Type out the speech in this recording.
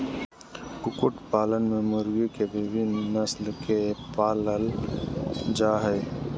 कुकुट पालन में मुर्गी के विविन्न नस्ल के पालल जा हई